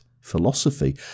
philosophy